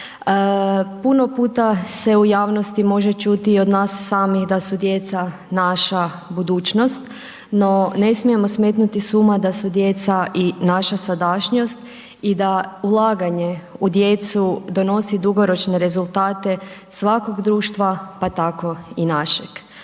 Puno puta se u javnosti može čuti od nas samih da su djeca naša budućnost, no ne smijemo smetnuti s uma, da su djeca i naša sadašnja i da ulaganje u djecu donosi dugoročne rezultat svakog društva, pa tako i našeg.